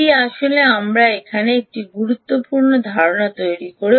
এটি আসলে আমরা এখানে একটি গুরুত্বপূর্ণ ধারণা তৈরি করেছি